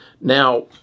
Now